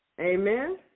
Amen